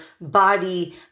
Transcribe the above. body